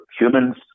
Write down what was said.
humans